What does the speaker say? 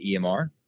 EMR